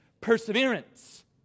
perseverance